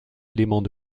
éléments